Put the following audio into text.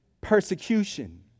persecution